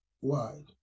wide